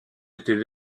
était